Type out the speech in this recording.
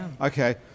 Okay